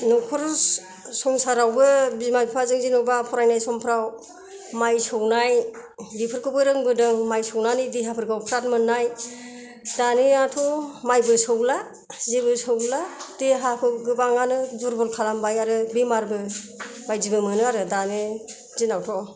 न'खर संसारावबो बिमा बिफाजों जेन'बा फरायनाय समफ्राव माइ सौनाय बेफोरखौबो रोंबोदों माइ सौनानै देहाफोरखौ फ्राद मोन्नाय दानियाथ' माइबो सौला जेबो सौला देहाखौ गोबाङानो दुरबल खालामबाय आरो बेमारबो बायदिबो मोनो आरो दानि दिनावथ'